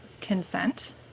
consent